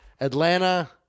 Atlanta